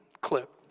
clip